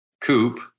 coupe